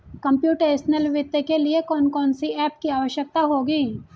Computational वित्त के लिए कौन कौन सी एप की आवश्यकता होगी?